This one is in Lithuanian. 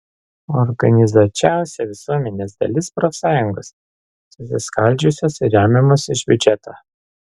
organizuočiausia visuomenės dalis profsąjungos susiskaldžiusios ir remiamos iš biudžeto